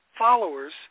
followers